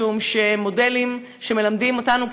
משום שהם מודלים שמלמדים אותנו,